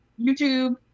YouTube